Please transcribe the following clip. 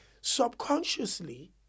subconsciously